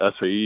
SAE